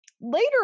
later